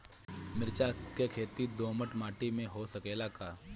मिर्चा के खेती दोमट माटी में हो सकेला का?